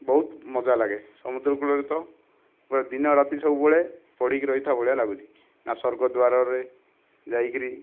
ବହୁତ ମଜା ଲାଗେ ସମୁଦ୍ର କୂଳରେ ତ ପୁରା ଦିନ ରାତି ସବୁବେଳେ ପଡ଼ିକି ରହିଥା ଭଳିଆ ଲାଗୁଛି ନା ସ୍ୱର୍ଗଦ୍ୱାରରେ ଯାଇକରି